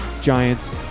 Giants